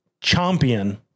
champion